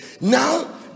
Now